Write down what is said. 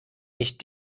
nicht